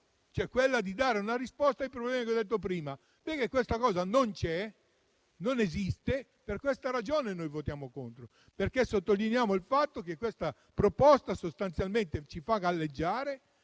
cioè dare una risposta ai problemi che ho detto prima. Questa cosa non c'è, non esiste, e per questa ragione noi votiamo contro. Sottolineiamo il fatto che questa proposta sostanzialmente ci fa galleggiare